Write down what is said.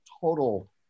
total